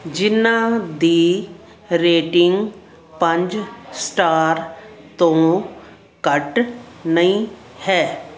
ਜਿਨ੍ਹਾਂ ਦੀ ਰੇਟਿੰਗ ਪੰਜ ਸਟਾਰ ਤੋਂ ਘੱਟ ਨਹੀਂ ਹੈ